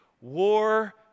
War